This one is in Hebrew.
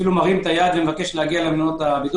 אפילו מרים את היד ומבקש להגיע למלונות הבידוד